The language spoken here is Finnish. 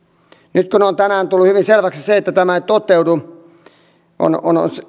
nyt kun on tänään tullut hyvin selväksi että tämä ei toteudu ja on